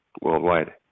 worldwide